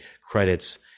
credits